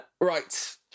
right